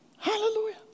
Hallelujah